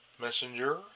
messenger